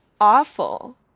awful